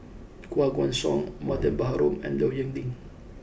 Koh Guan Song Mariam Baharom and Low Yen Ling